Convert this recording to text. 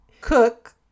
cook